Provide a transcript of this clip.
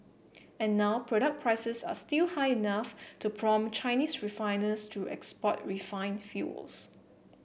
and now product prices are still high enough to prompt Chinese refiners to export refine fuels